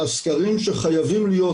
הסקרים שחייבים להיות,